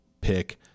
pick